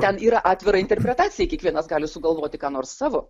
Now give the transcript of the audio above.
ten yra atvira interpretacijai kiekvienas gali sugalvoti ką nors savo